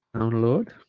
download